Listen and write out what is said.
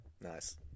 Nice